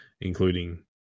including